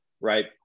right